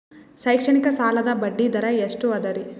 ಶೈಕ್ಷಣಿಕ ಸಾಲದ ಬಡ್ಡಿ ದರ ಎಷ್ಟು ಅದರಿ?